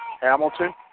Hamilton